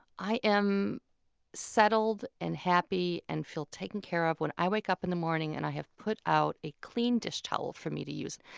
i am settled and happy and feel taken care of when i wake up in the morning and i have put out a clean dish towel for me to use.